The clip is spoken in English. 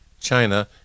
China